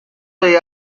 the